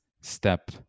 step